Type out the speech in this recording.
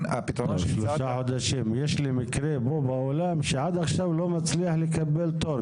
אנחנו יכולים לפתור את בעיית התורים